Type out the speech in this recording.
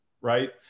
right